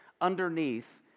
underneath